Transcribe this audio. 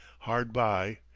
hard by,